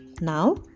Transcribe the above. Now